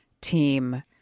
team